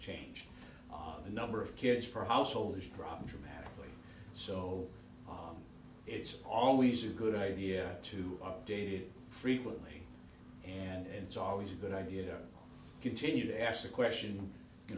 changed the number of kids for household has dropped dramatically so it's always a good idea to updated frequently and it's always a good idea to continue to ask the question you